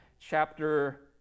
chapter